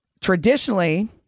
traditionally